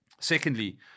Secondly